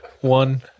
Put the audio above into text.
One